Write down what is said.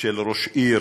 של ראש עיר